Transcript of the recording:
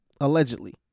allegedly